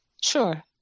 sure